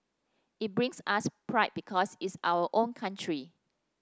it brings us pride because it's our own country